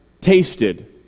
tasted